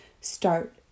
start